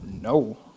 No